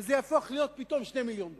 וזה יהפוך להיות פתאום 2 מיליוני דונם.